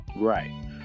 Right